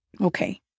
Okay